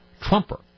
Trumper